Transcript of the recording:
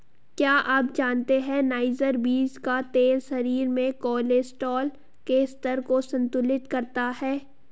क्या आप जानते है नाइजर बीज का तेल शरीर में कोलेस्ट्रॉल के स्तर को संतुलित करता है?